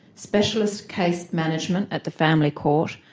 specialist case management at the family court,